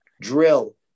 drill